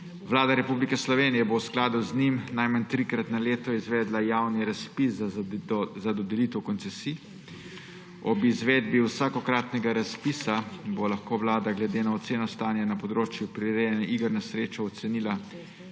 Vlada Republike Slovenije bo v skladu z njim najmanj trikrat na leto izvedla javni razpis za dodelitev koncesij. Ob izvedbi vsakokratnega razpisa bo lahko Vlada glede na oceno stanja na področju prirejanja iger na srečo ocenila